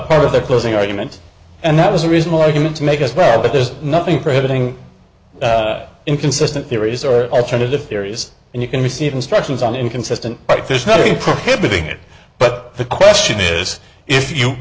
part of their closing argument and that was a reasonable argument to make as well but there's nothing prohibiting inconsistent theories or alternative theories and you can receive instructions on inconsistent whitefish not be prohibiting it but the question is if you